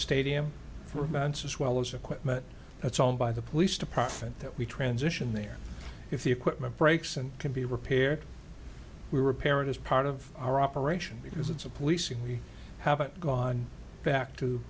abouts as well as equipment that's all by the police department that we transition there if the equipment breaks and can be repaired we repair it as part of our operation because it's a policing we haven't gone back to